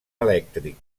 elèctric